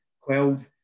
quelled